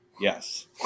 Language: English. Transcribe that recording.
Yes